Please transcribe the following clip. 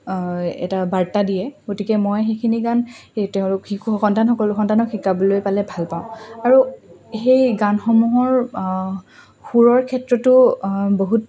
এটা বাৰ্তা দিয়ে গতিকে মই সেইখিনি গান সেই তেওঁ সন্তান সকলো সন্তানক শিকাবলৈ পালে ভালপাওঁ আৰু সেই গানসমূহৰ সুৰৰ ক্ষেত্ৰতো বহুত